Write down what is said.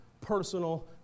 personal